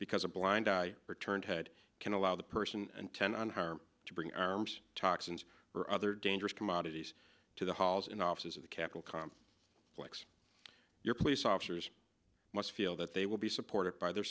because a blind returned hood can allow the person intent on harm to bring arms toxins or other dangerous commodities to the halls in offices of the capitol calm plex your police officers must feel that they will be supported by their